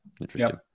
Interesting